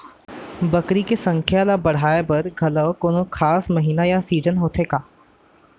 बकरी के संख्या ला बढ़ाए बर घलव कोनो खास महीना या सीजन होथे का?